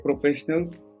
professionals